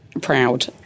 proud